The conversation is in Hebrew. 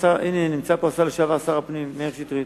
הנה נמצא פה השר לשעבר, שר הפנים מאיר שטרית.